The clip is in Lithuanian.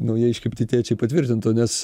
naujai iškepti tėčiai patvirtintų nes